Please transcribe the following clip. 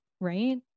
right